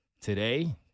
Today